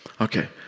Okay